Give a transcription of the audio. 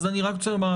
שוב, אני אחזור ואומר: